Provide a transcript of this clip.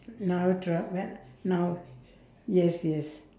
now dr~ well now yes yes